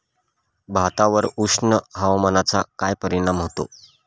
भातावर उष्ण हवामानाचा काय परिणाम होतो?